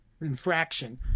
infraction